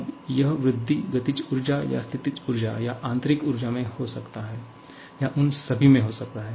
अब यह वृद्धि गतिज ऊर्जा या स्थितिज ऊर्जा या आंतरिक ऊर्जा में हो सकता है या उन सभी में हो सकती है